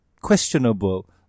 questionable